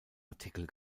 artikel